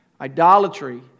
idolatry